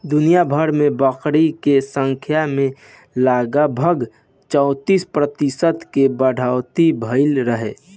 दुनियाभर में बकरी के संख्या में लगभग चौंतीस प्रतिशत के बढ़ोतरी भईल रहे